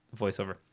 voiceover